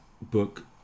book